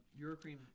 Eurocream